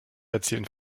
erzielten